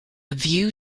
view